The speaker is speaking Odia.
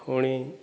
ପୁଣି